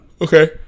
Okay